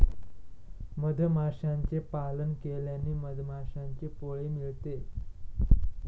मधमाशांचे पालन केल्याने मधमाशांचे पोळे मिळते